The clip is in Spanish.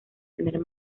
tener